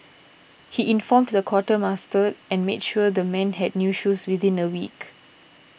he informed the quartermaster and made sure the men had new shoes within a week